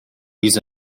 use